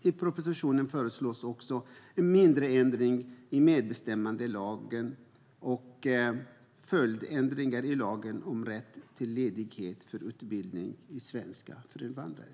I propositionen föreslås vidare en mindre ändring i medbestämmandelagen och följdändringar i lagen om rätt till ledighet för utbildning i svenska för invandrare.